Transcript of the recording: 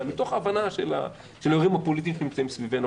מתוך הבנה של האירועים הפוליטיים שנמצאים סביבנו,